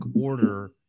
order